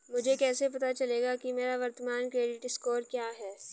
मुझे कैसे पता चलेगा कि मेरा वर्तमान क्रेडिट स्कोर क्या है?